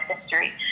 history